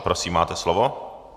Prosím máte slovo.